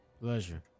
Pleasure